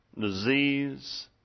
disease